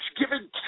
giving